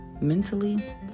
mentally